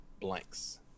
blanks